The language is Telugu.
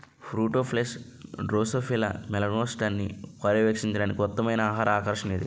ఫ్రూట్ ఫ్లైస్ డ్రోసోఫిలా మెలనోగాస్టర్ని పర్యవేక్షించడానికి ఉత్తమమైన ఆహార ఆకర్షణ ఏది?